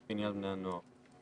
לעניין בני הנוער.